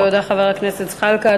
תודה, חבר הכנסת זחאלקה.